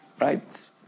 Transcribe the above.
Right